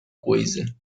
coisa